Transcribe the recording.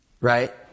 Right